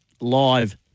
live